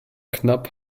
knapp